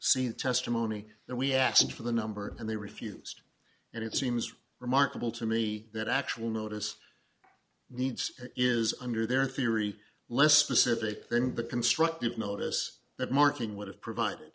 see the testimony and we asked for the number and they refused and it seems remarkable to me that actual notice needs is under their theory less specific then the constructive notice that marking would have provided